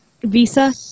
Visa